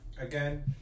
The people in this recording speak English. Again